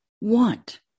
want